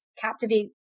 captivate